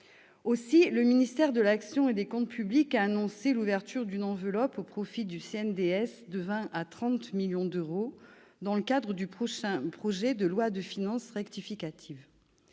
Aussi, le ministère de l'action et des comptes publics a annoncé l'ouverture d'une enveloppe au profit du CNDS de 20 millions d'euros à 30 millions d'euros dans le cadre du prochain projet de loi de finances rectificative.